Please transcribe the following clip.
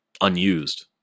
unused